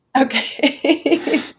Okay